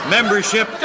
Membership